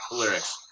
lyrics